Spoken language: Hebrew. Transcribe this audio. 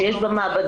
שיש בה מעבדות,